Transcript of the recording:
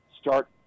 start